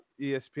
ESPN